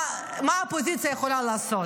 מה האופוזיציה יכולה לעשות.